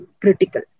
critical